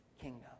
kingdom